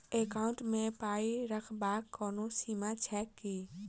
Account मे पाई रखबाक कोनो सीमा छैक की?